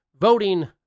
voting